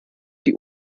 die